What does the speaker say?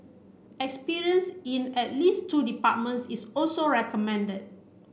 experience in at least two departments is also recommended